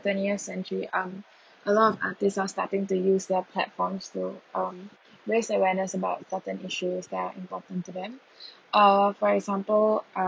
twentieth century um a lot of artists are starting to use the platforms to um raise awareness about certain issues that are important to them uh for example